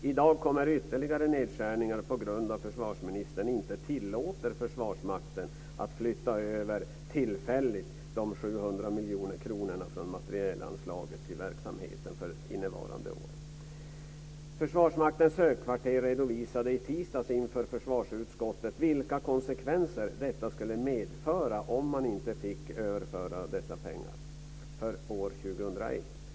I dag kommer ytterligare nedskärningar på grund av att försvarsministern inte tillåter Försvarsmakten att tillfälligt flytta över de 700 miljoner kronorna från materielanslaget till verksamheten för innevarande år. Försvarsmaktens högkvarter redovisade i tisdags inför försvarsutskottet vilka konsekvenser det skulle medföra om man inte fick överföra dessa pengar för år 2001.